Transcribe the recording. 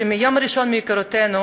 שמהיום הראשון להיכרותנו,